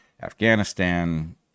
Afghanistan